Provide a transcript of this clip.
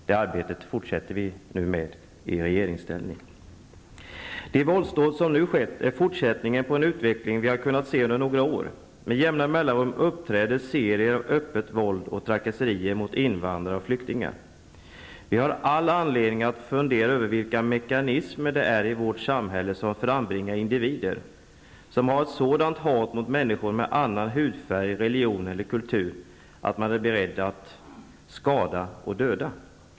Det arbetet fortsätter vi med nu i regeringsställning. De våldsdåd som nu skett är fortsättningen på en utveckling vi har kunnat se under några år. Med jämna mellanrum uppträder serier av öppet våld och trakasserier mot invandrare och flyktingar. Vi har all anledning att fundera över vilka mekanismer det är i vårt samhälle som frambringar individer som har ett sådant hat mot människor med annan hudfärg, religion eller kultur att de är beredda att skada och döda.